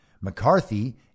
McCarthy